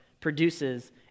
produces